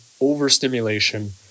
overstimulation